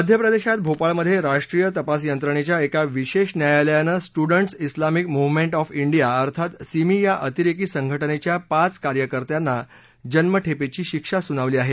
मध्य प्रदेशात भोपाळमध्ये राष्ट्रीय तपास यंत्रणेच्या एका विशेष न्यायालयानं students Islamic movement of India अर्थात सिमी या अतिरेकी संघटनेच्या पाच कार्यकर्त्यांना जन्मठेपेची शिक्षा सुनावली आहे